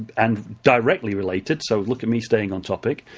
and directly related, so look at me staying on topic,